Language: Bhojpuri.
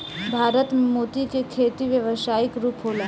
भारत में मोती के खेती व्यावसायिक रूप होला